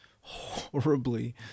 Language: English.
horribly